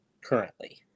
currently